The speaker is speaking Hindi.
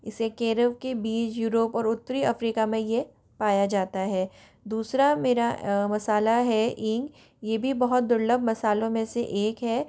इसे केरल के बीज यूरोप और उत्तरी अफ्रीका में ये पाया जाता है दूसरा मेरा मसाला है हींग ये भी बहुत दुर्लभ मसालों में से एक है